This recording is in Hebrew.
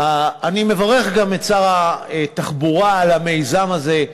אני מברך גם את שר התחבורה על המיזם הזה,